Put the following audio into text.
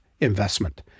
investment